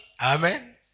Amen